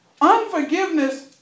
Unforgiveness